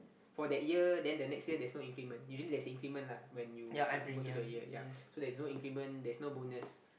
for that year then the next year there's no increment usually there's increment lah when you go to the year ya so there's no increment there's no bonus